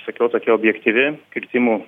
sakiau tokia objektyvi kirtimų